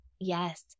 Yes